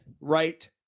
right